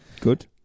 Good